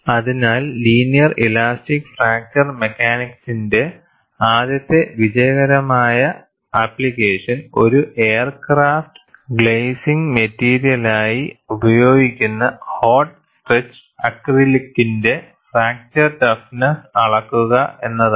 അതിനാൽ linear elastic fracture മെക്കാനിക്സിന്റെ ആദ്യത്തെ വിജയകരമായ അപ്ലിക്കേഷൻ ഒരു എയർ ക്രാഫ്റ്റ് ഗ്ലേസിംഗ് മെറ്റീരിയലായി ഉപയോഗിക്കുന്ന ഹോട്ട് സ്ട്രെച്ചഡ് അക്രിലിക്കിന്റെ ഫാക്ചർ ടഫ്നെസ്സ് അളക്കുക എന്നതാണ്